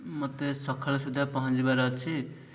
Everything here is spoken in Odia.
ମୋତେ ସକାଳ ସୁଦ୍ଧା ପହଁଞ୍ଚିବାର ଅଛି